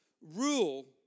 rule